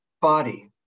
body